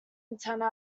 antenna